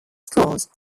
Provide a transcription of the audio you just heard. schools